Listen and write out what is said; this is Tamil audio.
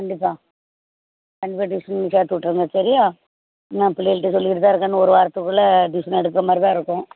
கண்டிப்பாக கண்டிப்பாக டியூஷன் சேர்த்து விட்ருங்க சரியாக நான் பிள்ளையள்ட்ட சொல்லிகிட்டு தான் இருக்கேன் இன்னும் ஒரு வாரத்துக்குள்ளே ட்யூஷன் எடுக்கிற மாதிரி தான் இருக்கும்